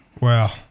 Wow